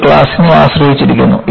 ഇത് ക്ലാസിനെ ആശ്രയിച്ചിരിക്കുന്നു